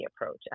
approach